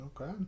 Okay